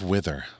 Wither